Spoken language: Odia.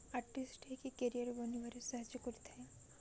ଆଟିଷ୍ଟ ହେଇକି କେରରିୟର ବନିବାରେ ସାହାଯ୍ୟ କରିଥାଏ